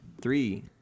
three